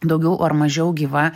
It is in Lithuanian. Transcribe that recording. daugiau ar mažiau gyva